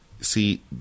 See